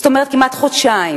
זאת אומרת כמעט חודשיים.